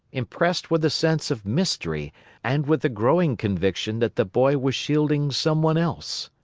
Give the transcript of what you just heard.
impressed with a sense of mystery and with a growing conviction that the boy was shielding some one else.